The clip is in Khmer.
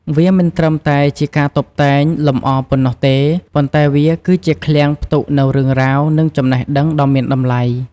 វាមិនត្រឹមតែជាការតុបតែងលម្អប៉ុណ្ណោះទេ ប៉ុន្តែវាគឺជាឃ្លាំងផ្ទុកនូវរឿងរ៉ាវ និងចំណេះដឹងដ៏មានតម្លៃ។